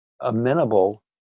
amenable